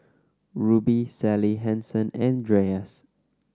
Rubi Sally Hansen and Dreyers